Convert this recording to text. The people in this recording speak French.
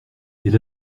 elle